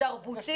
תרבותית.